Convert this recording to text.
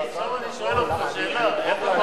עכשיו אני שואל אותך שאלה: איך אתה